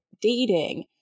dating